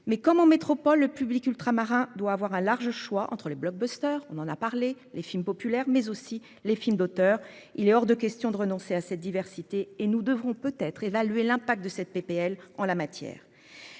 mais comme en métropole. Le public ultramarins doit avoir un large choix entre les blogbuster, on en a parlé. Les films populaires mais aussi les films d'auteur, il est hors de question de renoncer à cette diversité et nous devrons peut être évalué l'impact de cette PPL en la matière.